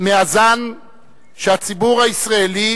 מהזן שהציבור הישראלי